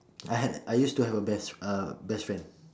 I had a I used to have a best uh best friend